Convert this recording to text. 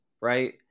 right